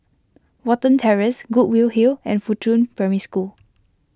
Watten Terrace Goodwood Hill and Fuchun Primary School